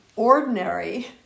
Ordinary